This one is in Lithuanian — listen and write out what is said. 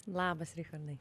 labas richardai